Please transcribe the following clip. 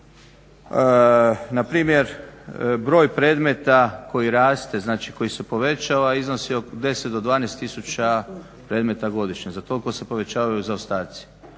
primjer, npr. broj predmeta koji raste znači koji se povećava iznosi od 10 do 12 tisuća predmeta godišnje, za toliko se povećavaju zaostaci.